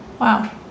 Wow